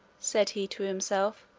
said he to himself,